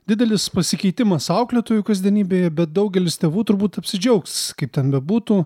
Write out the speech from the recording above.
didelis pasikeitimas auklėtojų kasdienybėje bet daugelis tėvų turbūt apsidžiaugs kaip ten bebūtų